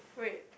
wait